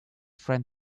friend